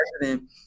president